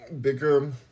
Bigger